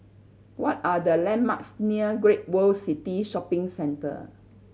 what are the landmarks near Great World City Shopping Centre